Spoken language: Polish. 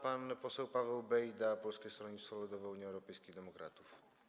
Pan poseł Paweł Bejda, Polskie Stronnictwo Ludowe - Unia Europejskich Demokratów.